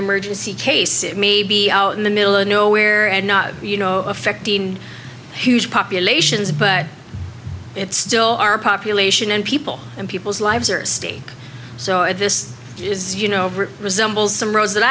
emergency case maybe out in the middle of nowhere and not you know affecting huge populations but it's still our population and people and people's lives are at stake so if this is you know resembles some roads that